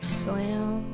slam